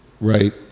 right